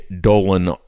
Dolan